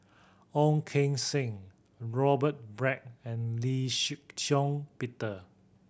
Ong Keng Sen Robert Black and Lee Shih Shiong Peter